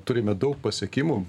turime daug pasiekimų